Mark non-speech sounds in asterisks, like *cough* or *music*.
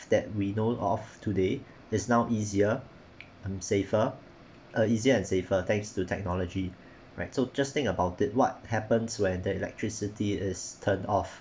that we know of today is now easier *noise* and safer uh easier and safer thanks to technology *breath* right so just think about it what happens when the electricity is turned off